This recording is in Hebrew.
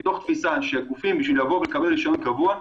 כניסה של הגופים בשביל לבוא ולקבל רישיון קבוע,